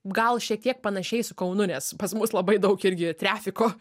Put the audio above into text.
gal šiek tiek panašiai su kaunu nes pas mus labai daug irgi trefiko